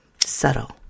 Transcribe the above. Subtle